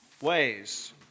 ways